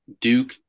Duke